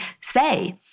say